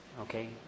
Okay